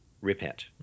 repent